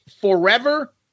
Forever